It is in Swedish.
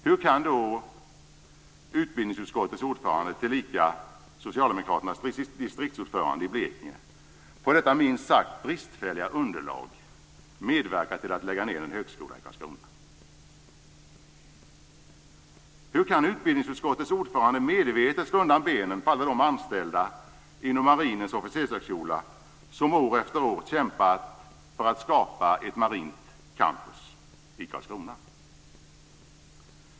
Hur kan då utbildningsutskottets ordförande, tillika Socialdemokraternas distriktsordförande i Blekinge, på detta minst sagt bristfälliga underlag medverka till att lägga ned en högskola i Karlskrona? Hur kan utbildningsutskottets ordförande medvetet slå undan benen på alla de anställda inom Marinens officershögskola, som år efter år kämpat för att skapa ett marint campus i Karlskrona?